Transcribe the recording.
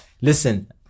Listen